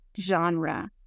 genre